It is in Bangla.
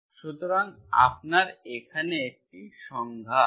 সুতরাং আপনার এখানে একটি সংজ্ঞা আছে